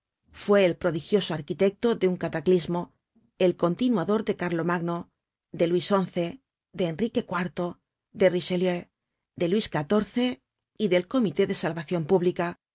fue el prodigioso arquitecto de un cataclismo el continuador de carlomagno de luis xi de enrique iv de richelieu de luis xiv y del comité de salvacion pública